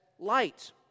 light